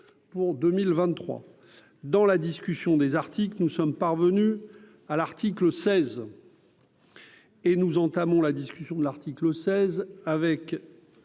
pour 2023 dans la discussion des articles que nous sommes parvenus à l'article 16. Et nous entamons la discussion de l'article 16 avec.